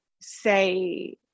say